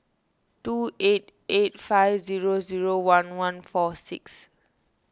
two eight eight five zero zero one one four six